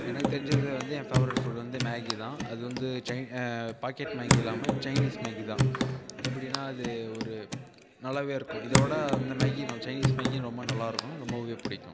எனக்கு தெரிஞ்சது வந்து என் ஃபேவரெட் ஃபுட் வந்து மேகி தான் அது வந்து சை பாக்கெட் மேகி இல்லாமல் சைனீஸ் மேகி தான் எப்படின்னா அது ஒரு நல்லாவே இருக்கும் இதோட அந்த மேகி நல் சைனீஸ் மேகி ரொம்ப நல்லா இருக்கும் ரொம்பவே பிடிக்கும்